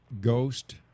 ghost